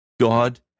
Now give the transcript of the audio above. God